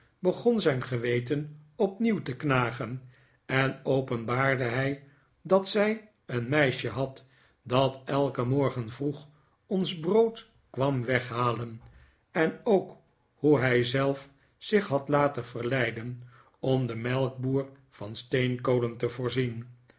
begon zijn geweten opnieuw te knagen en openbaarde hij dat zij een meisje had dat elken morgen vroeg ons brood kwam weghalen en ook hoe hij zelf zich had laten verleiden om den melkboer van steenkolen te voorzien